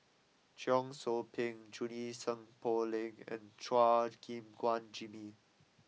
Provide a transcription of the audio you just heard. Cheong Soo Pieng Junie Sng Poh Leng and Chua Gim Guan Jimmy